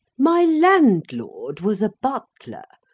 my landlord was a butler,